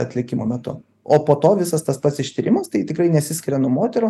atlikimo metu o po to visas tas pats ištyrimas tai tikrai nesiskiria nuo moterų